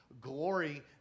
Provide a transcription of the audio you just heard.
Glory